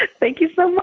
ah thank you so